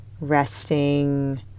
resting